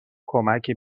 کمکی